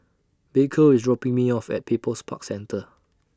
Baker IS dropping Me off At People's Park Centre